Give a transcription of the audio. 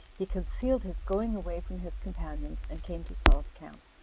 he concealed his going away from his companions, and came to saul's camp,